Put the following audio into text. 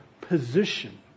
position